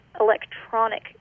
electronic